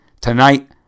Tonight